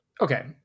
Okay